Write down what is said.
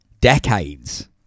decades